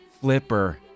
Flipper